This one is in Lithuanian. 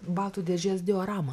batų dėžės dioramą